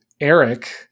Eric